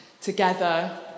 together